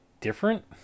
different